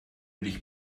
dich